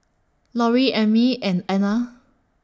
Lorrie Emmie and Anna